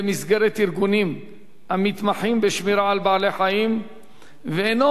ארגונים המתמחים בשמירה על בעלי-חיים ואינו מצליח